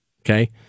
Okay